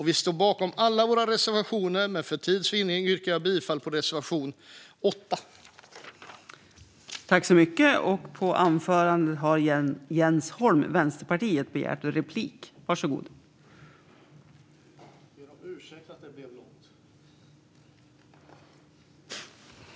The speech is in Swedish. Vi står bakom alla våra reservationer, men för tids vinnande yrkar jag bifall endast till reservation 8.